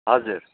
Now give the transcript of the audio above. हजुर